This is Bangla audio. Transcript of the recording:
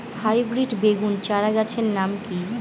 হাইব্রিড বেগুন চারাগাছের নাম কি?